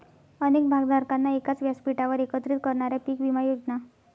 अनेक भागधारकांना एकाच व्यासपीठावर एकत्रित करणाऱ्या पीक विमा योजना